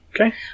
okay